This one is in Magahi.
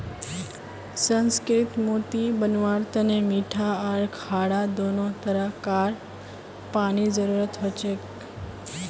सुसंस्कृत मोती बनव्वार तने मीठा आर खारा दोनों तरह कार पानीर जरुरत हछेक